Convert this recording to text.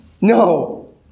No